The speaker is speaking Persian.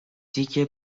دیگه